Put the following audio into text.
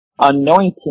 anointing